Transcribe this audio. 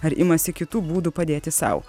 ar imasi kitų būdų padėti sau